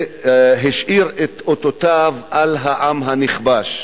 שהשאיר את אותותיו לא רק על העם הנכבש.